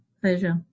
Pleasure